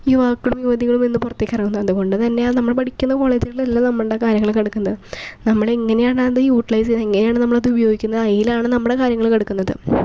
യുവാക്കളും യുവതികളും എന്ന് പുറത്തേക്കിറങ്ങും അതു കൊണ്ട് തന്നെയാണ് നമ്മൾ പഠിക്കുന്ന കോളേജുകളിൽ അല്ല നമ്മളുടെ ഒക്കെ കാര്യങ്ങൾ കിടക്കുന്നത് നമ്മളിങ്ങനെയാണത് യൂട്ടിലൈസ് ചെയ്യുന്നത് എങ്ങനെയാണ് നമ്മൾ അത് ഉപയോഗിക്കുന്നത് അതിലാണ് നമ്മുടെ കാര്യങ്ങൾ കിടക്കുന്നത്